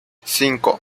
cinco